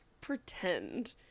pretend